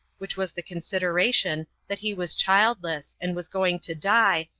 which was the consideration that he was childless, and was going to die,